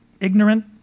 ignorant